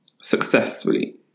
Successfully